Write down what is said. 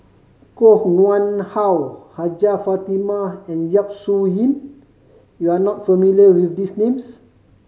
Koh Nguang How Hajjah Fatimah and Yap Su Yin you are not familiar with these names